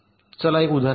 चला एक उदाहरण घेऊ